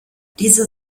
dieser